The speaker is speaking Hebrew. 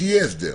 שיהיה הסדר.